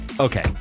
okay